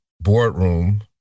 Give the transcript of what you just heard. boardroom